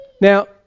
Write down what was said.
Now